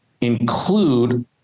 include